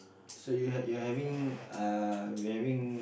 so you're you're having uh we're having